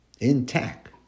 intact